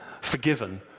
forgiven